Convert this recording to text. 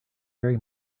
very